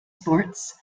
sports